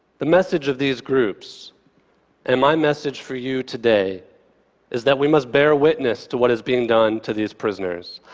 the message of these groups and my message for you today is that we must bear witness to what is being done to these prisoners.